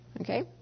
okay